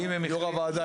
יו"ר הוועדה,